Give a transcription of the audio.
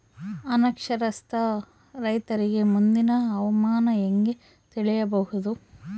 ಅನಕ್ಷರಸ್ಥ ರೈತರಿಗೆ ಮುಂದಿನ ಹವಾಮಾನ ಹೆಂಗೆ ತಿಳಿಯಬಹುದು?